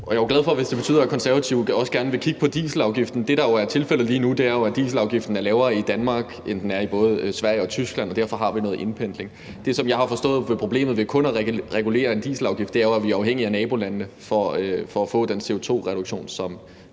det betyder, at Konservative også gerne vil kigge på dieselafgiften. Det, der er tilfældet lige nu, er jo, at dieselafgiften er lavere i Danmark, end den er i både Sverige og Tyskland, og derfor har vi noget indpendling. Det, som jeg har forstået er problemet ved kun at regulere en dieselafgift, er, at vi jo er afhængige af nabolandene for at få den CO2-reduktion, som